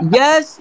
yes